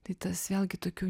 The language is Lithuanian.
tai tas vėlgi tokių